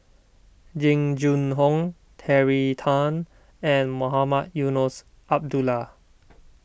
Jing Jun Hong Terry Tan and Mohamed Eunos Abdullah